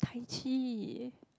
Tai Chi